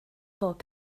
pob